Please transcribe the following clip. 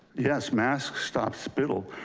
yes masks stop spittle.